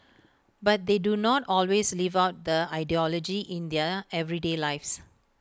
but they do not always live out the ideology in their everyday lives